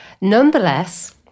Nonetheless